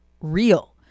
real